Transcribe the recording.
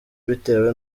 bitewe